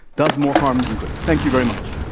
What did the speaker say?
does more harm than good. thank you very much.